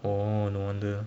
oh no wonder